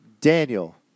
Daniel